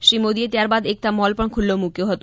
શ્રી મોદી એ ત્યાર બાદ એકતા મોલ પણ ખુલ્લો મૂક્યો હતો